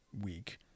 week